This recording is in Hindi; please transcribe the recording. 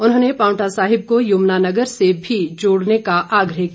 उन्होंने पांवटा साहिब को यमुना नगर से भी जोड़ने का आग्रह किया